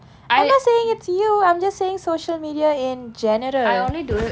I not saying its you I'm just saying social media in general